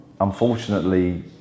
Unfortunately